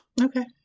Okay